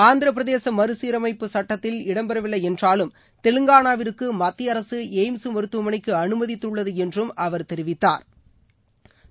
ஆந்திரபிரதேச மறுசீரமைப்பு சட்டத்தில் இடம்பெறவில்லை என்றாலும் தெலங்கானாவிற்கு மத்திய அரசு எய்ம்ஸ் மருத்துவமனைக்கு அனுமதித்துள்ளது என்றும் அவர் தெரிவித்தாா்